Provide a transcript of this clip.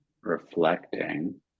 reflecting